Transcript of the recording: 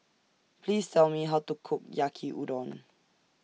Please Tell Me How to Cook Yaki Udon